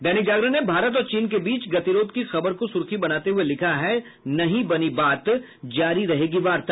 दैनिक जागरण ने भारत और चीन के बीच गतिरोध की खबर को सुर्खी बनाते हुए लिखा है नहीं बनी बात जारी रहेगी वार्ता